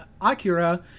Akira